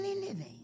living